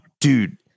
dude